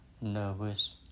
nervous